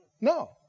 No